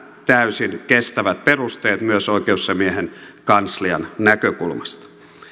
täysin kestävät perusteet myös oikeusasiamiehen kanslian näkökulmasta